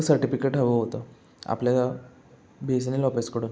certificate हवं होतं आपल्याला बी एस एन एल ऑफिसकडून